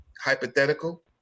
hypothetical